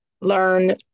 learn